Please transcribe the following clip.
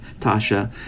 Tasha